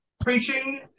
preaching